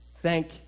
Thank